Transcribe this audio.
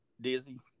dizzy